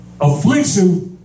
affliction